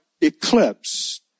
eclipse